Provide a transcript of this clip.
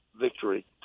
victory